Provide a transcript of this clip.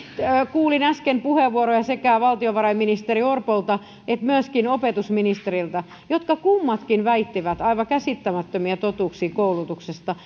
kuulin äsken puheenvuoroja sekä valtiovarainministeri orpolta että myöskin opetusministeriltä jotka kummatkin väittivät aivan käsittämättömiä totuuksia koulutuksesta